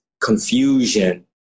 confusion